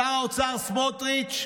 שר האוצר סמוטריץ':